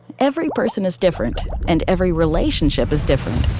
every person is different and every relationship is different.